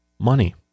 Money